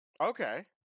Okay